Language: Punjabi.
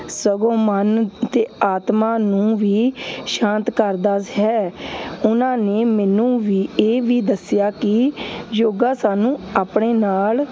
ਸਗੋਂ ਮਨ ਅਤੇ ਆਤਮਾ ਨੂੰ ਵੀ ਸ਼ਾਂਤ ਕਰਦਾ ਹੈ ਉਹਨਾਂ ਨੇ ਮੈਨੂੰ ਵੀ ਇਹ ਵੀ ਦੱਸਿਆ ਕਿ ਯੋਗਾ ਸਾਨੂੰ ਆਪਣੇ ਨਾਲ